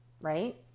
Right